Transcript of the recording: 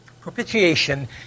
Propitiation